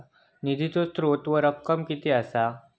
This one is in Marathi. निधीचो स्त्रोत व रक्कम कीती असा?